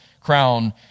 crown